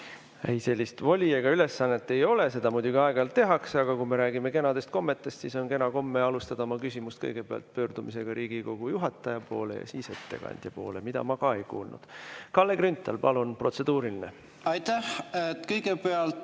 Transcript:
Ei, sellist voli ega ülesannet ei ole. Seda muidugi aeg-ajalt tehakse, aga kui me räägime kenadest kommetest, siis on kena komme alustada oma küsimust kõigepealt pöördumisega Riigikogu juhataja poole ja siis ettekandja poole, mida ma ka ei kuulnud. Kalle Grünthal, palun, protseduuriline! Ei, sellist